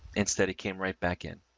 instead. he came right back in,